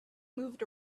moved